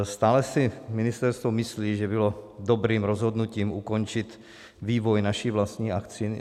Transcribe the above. Stále si ministerstvo myslí, že bylo dobrým rozhodnutím ukončit vývoj naší vlastní vakcíny?